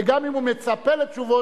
וגם אם הוא מצפה לתשובות,